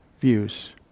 views